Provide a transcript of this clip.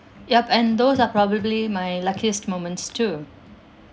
yup and those are probably my luckiest moments too